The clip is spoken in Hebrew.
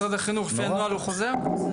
נורא ואיום.